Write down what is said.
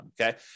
okay